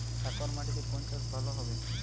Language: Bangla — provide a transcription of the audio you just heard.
কাঁকর মাটিতে কোন চাষ ভালো হবে?